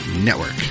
network